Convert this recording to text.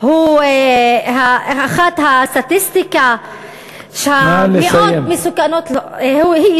אחת הסטטיסטיקות שמאוד מסוכנות, נא לסיים.